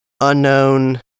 Unknown